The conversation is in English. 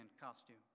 costume